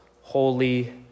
holy